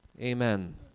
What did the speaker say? Amen